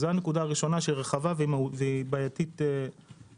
זו הנקודה הראשונה שהיא רחבה ובעייתית מהותית.